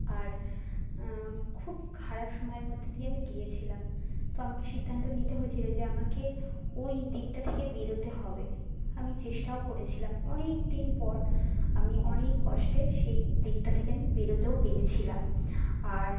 আর খুব খারাপ সময়ের মধ্যে দিয়ে আমি গিয়েছিলাম তো আমাকে সিদ্ধান্ত নিতে হয়েছিলো যে আমাকে ঐ দিকটা থেকে বেরোতে হবে আমি চেষ্টাও করেছিলাম অনেক দিন পর আমি অনেক কষ্টে সেই দিকটা থেকে আমি বেরোতেও পেরেছিলাম আর